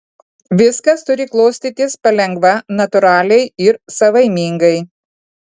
viskas turi klostytis palengva natūraliai ir savaimingai